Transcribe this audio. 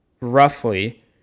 roughly